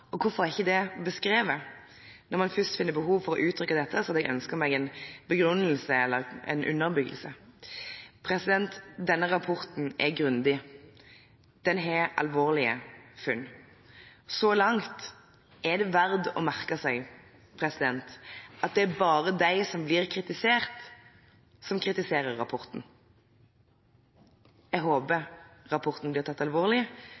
Og hvorfor er ikke det beskrevet? Når man først finner behov for å uttrykke dette, hadde jeg ønsket meg en begrunnelse eller en underbyggelse. Denne rapporten er grundig. Den har alvorlige funn. Så langt er det verdt å merke seg at det bare er dem som blir kritisert, som kritiserer rapporten. Jeg håper rapporten blir tatt alvorlig,